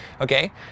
Okay